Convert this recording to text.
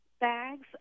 bags